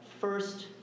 first